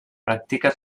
practica